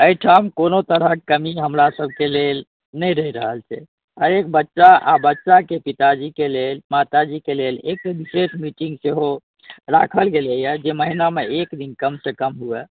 एहिठाम कोनो तरहके कमी हमरा सबके लेल नहि रहि रहल छै हरेक बच्चा आओर बच्चाके पिताजीके लेल माताजीके लेल एक विशेष मीटिङ्ग सेहो राखल गेलैए जे महिनामे एक दिन कमसँ कम हुअए